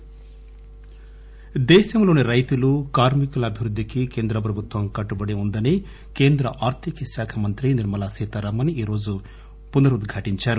నిర్మల దేశంలోని రైతులు కార్మికుల అభివృద్దికి కేంద్ర ప్రభుత్వం కట్టుబడి వుందని కేంద్ర ఆర్దికశాఖ మంత్రి నిర్మలా సీతారామన్ ఈరోజు పునరుద్ఘాటించారు